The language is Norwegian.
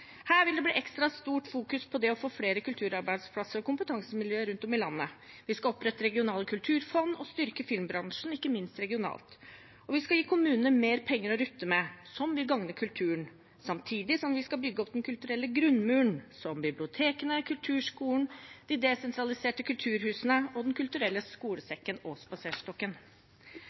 vil bli ekstra stort fokus på det å få flere kulturarbeidsplasser og kompetansemiljøer rundt om i landet. Vi skal opprette regionale kulturfond og styrke filmbransjen, ikke minst regionalt. Vi skal gi kommuner mer penger å rutte med, noe som vil gagne kulturen, samtidig som vi skal bygge opp den kulturelle grunnmuren, som bibliotekene, kulturskolen, de desentraliserte kulturhusene og Den kulturelle skolesekken og spaserstokken.